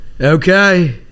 okay